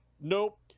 Nope